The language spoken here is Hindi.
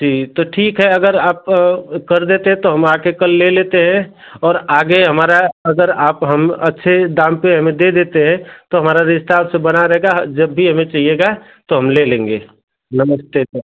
जी तो ठीक है अगर आप कर देते हैं तो हम आकर कल ले लेते हैं और आगे हमारा अगर आप हम अच्छे दाम पर हमें दे देते हैं तो हमारा रिश्ता आपसे बना रहेगा जब भी हमें चहिएगा तो हम ले लेंगे नमस्ते सर